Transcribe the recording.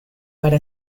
para